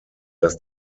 dass